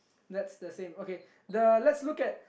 that's the same okay the let's look at